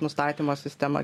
nustatymo sistema